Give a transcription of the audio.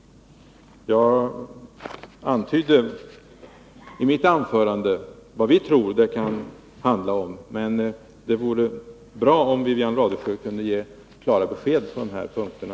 Jag antydde i mitt anförande vad vi tror att det kan handla om, men det vore bra om Wivi-Anne Radesjö kunde ge klara besked på de här punkterna.